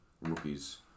rookies